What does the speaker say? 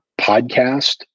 podcast